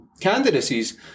candidacies